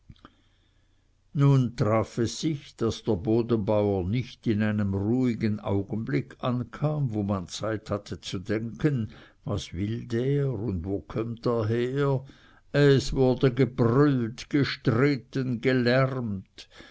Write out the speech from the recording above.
nun traf es sich daß der bodenbauer nicht in einem ruhigen augenblick ankam wo man zeit hatte zu denken was will der und wo kömmt er her es wurde gebrüllt gestritten gelärmt